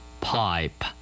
Pipe